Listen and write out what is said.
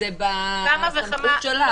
אבל זה היה בסמכות שלך.